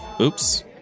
Oops